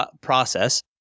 process